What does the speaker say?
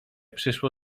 przyszło